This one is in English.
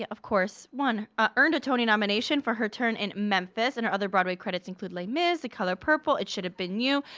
of course, won, ah earned a tony nomination for her turn in memphis and her other broadway credits include les mis, the color purple, it should have been you,